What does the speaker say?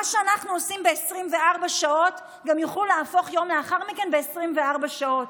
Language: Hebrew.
מה שאנחנו עושים ב-24 שעות גם יוכלו להפוך יום לאחר מכן ב-24 שעות.